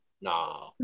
No